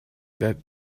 that